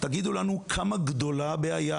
תגידו לנו כמה גדולה הבעיה